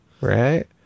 right